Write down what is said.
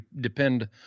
depend